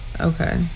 okay